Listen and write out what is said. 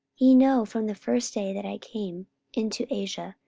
ye know, from the first day that i came into asia,